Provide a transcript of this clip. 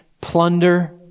plunder